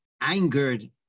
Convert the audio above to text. angered